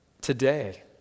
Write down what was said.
Today